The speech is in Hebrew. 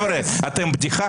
חבר'ה, אתם בדיחה.